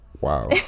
Wow